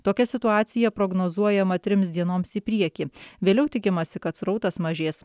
tokia situacija prognozuojama trims dienoms į priekį vėliau tikimasi kad srautas mažės